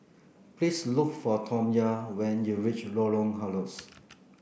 please look for Tamya when you reach Lorong Halus